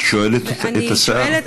את שואלת את השר?